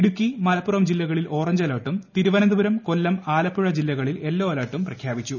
ഇടുക്കി മലപ്പുറം ജില്ലകളിൽ ഓറഞ്ച് അലർട്ടും തിരുവനന്തപുരം കൊല്ലം ആലപ്പുഴ ജില്ലകളിൽ യെല്ലോ അലർട്ടും പ്രഖ്യാപിച്ചു